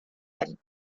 and